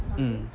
mm